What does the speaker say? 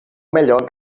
melhor